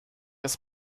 als